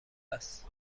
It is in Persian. است